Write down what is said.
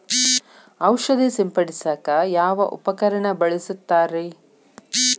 ಔಷಧಿ ಸಿಂಪಡಿಸಕ ಯಾವ ಉಪಕರಣ ಬಳಸುತ್ತಾರಿ?